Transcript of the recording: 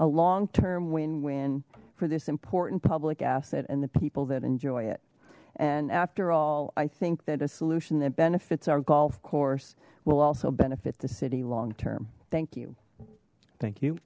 a long term win and for this important public asset and the people that enjoy it and after all i think that a solution that benefits our golf course will also benefit the city long term thank you thank you